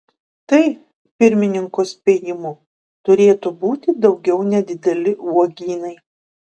tai pirmininko spėjimu turėtų būti daugiau nedideli uogynai